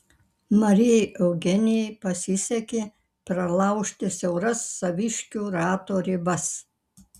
marijai eugenijai pasisekė pralaužti siauras saviškių rato ribas